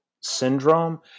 syndrome